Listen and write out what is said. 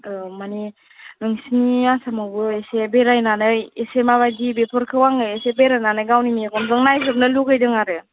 औ मानि नोंसिनि आसामावबो एसे बेरायनानै एसे माबायदि बेफोरखौ आङो एसे बेरायनानै गावनि मेगनजों नायजोबनो लुगैदों आरो